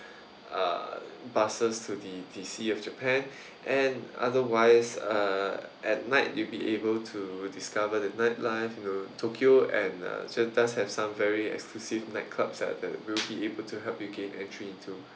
uh buses to the the sea of japan and otherwise uh at night you'll be able to discover the night life you know tokyo and uh have some very exclusive nightclubs at there we'll be able to help you gain entry into